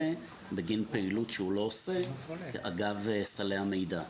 בגין פעילות שהוא לא עושה אגב סלי המידע.